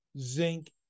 zinc